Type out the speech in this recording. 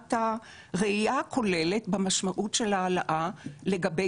מבחינת הראייה הכוללת במשמעות של העלאה לגבי